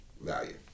value